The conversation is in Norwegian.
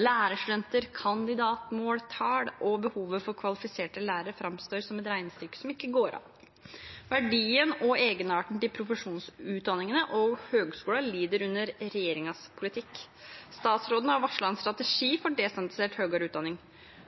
lærerstudenter, kandidatmåltall og behovet for kvalifiserte lærere framstår som et regnestykke som ikke går opp. Verdien og egenarten til profesjonsutdanningene og høgskolene lider under regjeringens politikk. Statsråden har varslet en strategi for desentralisert høyere utdanning.